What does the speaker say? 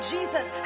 Jesus